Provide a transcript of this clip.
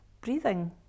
breathing